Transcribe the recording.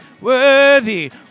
worthy